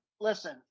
Listen